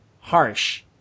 Harsh